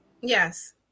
Yes